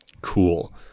Cool